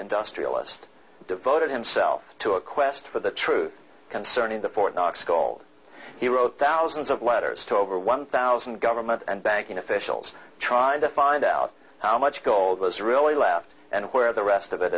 industrialist devoted himself to a quest for the truth concerning the fort knox call he wrote thousands of letters to over one thousand government and banking officials trying to find out how much gold was really left and where the rest of it